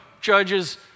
Judges